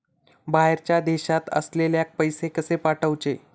बाहेरच्या देशात असलेल्याक पैसे कसे पाठवचे?